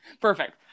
Perfect